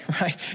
right